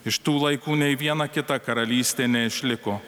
iš tų laikų nei viena kita karalystė neišliko